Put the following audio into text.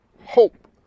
hope